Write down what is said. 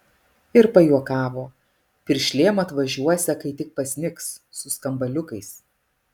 ir pajuokavo piršlėm atvažiuosią kai tik pasnigs su skambaliukais